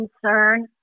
concern